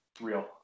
Real